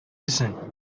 дисең